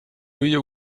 you